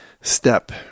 step